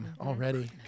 already